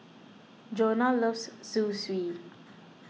Johnna loves Zosui